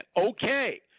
Okay